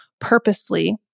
purposely